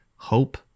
hope